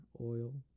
oil